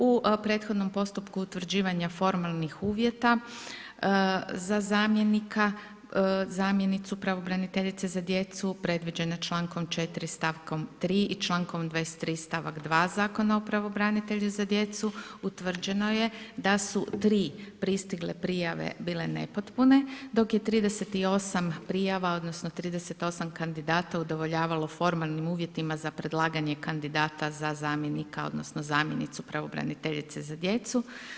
U prethodnom postupku utvrđivanja formalnih uvjeta za zamjenika, zamjenicu pravobraniteljice za djecu predviđene člankom 4. stavkom 3. i stavkom 23. stavak 2. Zakona o pravobranitelja za djecu utvrđeno je da su tri pristigle prijave bile nepotpune dok je 38 prijava odnosno 38 kandidata udovoljavalo formalnim uvjetima za predlaganje kandidata za zamjenika odnosno zamjenicu pravobraniteljice za djecu.